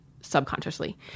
subconsciously